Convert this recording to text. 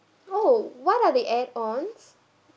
oh what are the add ons